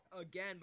again